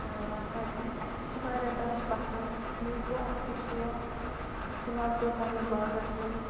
تہٕ تَتہِ اَسہِ تہِ چھِ واریاہ دَچھ پَسنٛد اس لیے گوٚو اَسہِ تہِ شوق اَسہِ تہِ وۄپدٲو پَنٕنِس باغس منٛز